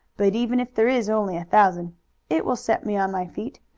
but even if there is only a thousand it will set me on my feet.